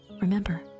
Remember